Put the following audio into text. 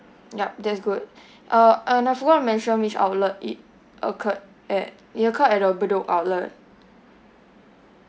yup that's good uh and I forgot to mention which outlet it occurred at it occurred at your bedok outlet